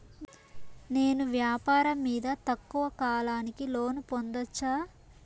నేను వ్యాపారం మీద తక్కువ కాలానికి లోను పొందొచ్చా?